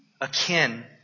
akin